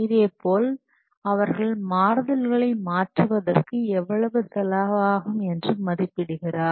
இதேபோல் அவர்கள் மாறுதல்களை மாற்றுவதற்கு எவ்வளவு செலவாகும் என்று மதிப்பிடுகிறார்